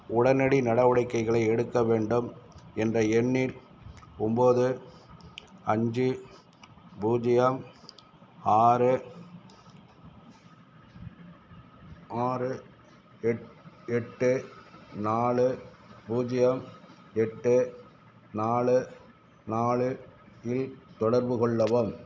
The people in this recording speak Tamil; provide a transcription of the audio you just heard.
உடனடி நடவடிக்கைகளை எடுக்க வேண்டும் என்ற எண்ணில் ஒம்போது அஞ்சு பூஜ்ஜியம் ஆறு ஆறு எட் எட்டு நாலு பூஜ்ஜியம் எட்டு நாலு நாலு இல் தொடர்பு கொள்ளவும்